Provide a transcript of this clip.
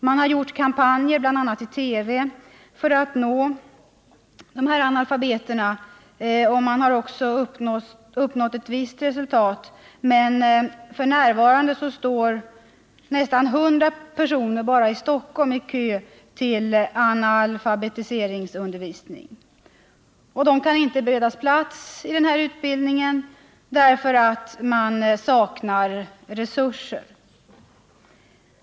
Man har gjort kampanjer bl.a. i TV för att nå dessa analfabeter, och ett visst resultat har uppnåtts, men f.n. står nästan hundra personer bara i Stockholm i kö till alfabetiseringsundervisning. De kan inte beredas plats i utbildningen på grund av att resurser saknas.